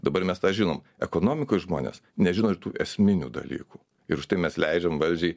dabar mes tą žinom ekonomikoj žmonės nežino ir tų esminių dalykų ir štai mes leidžiam valdžiai